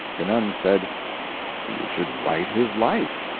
genung said you should write his life.